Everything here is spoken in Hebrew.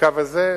לקו הזה.